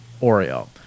Oreo